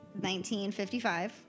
1955